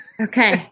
Okay